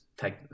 take